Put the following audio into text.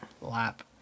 lap